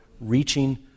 reaching